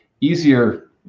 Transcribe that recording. easier